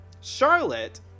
charlotte